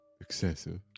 Excessive